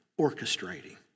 orchestrating